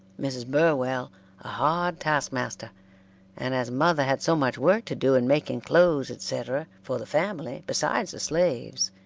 mrs. burwell a hard task-master and as mother had so much work to do in making clothes, etc, for the family, besides the slaves,